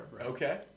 Okay